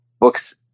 books